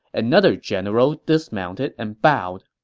another general dismounted and bowed